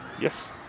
Yes